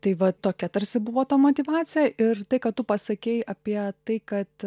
tai va tokia tarsi buvo ta motyvacija ir tai ką tu pasakei apie tai kad